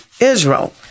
Israel